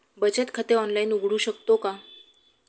बचत खाते ऑनलाइन उघडू शकतो का?